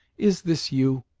is this you?